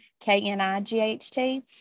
K-N-I-G-H-T